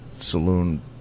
saloon